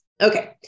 Okay